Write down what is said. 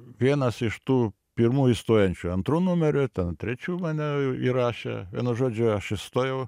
vienas iš tų pirmų įstojančių antru numeriu ten trečiu mane įrašė vienu žodžiu aš įstojau